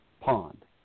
pond